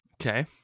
Okay